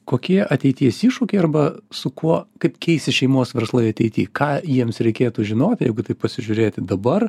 kokie ateities iššūkiai arba su kuo kaip keisis šeimos verslai ateity ką jiems reikėtų žinoti jeigu taip pasižiūrėti dabar